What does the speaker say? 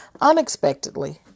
unexpectedly